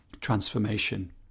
transformation